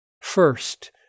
First